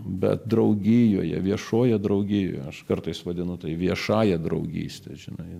bet draugijoje viešoje draugijoje aš kartais vadinu tai viešąja draugystė žinai